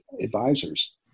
advisors